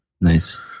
Nice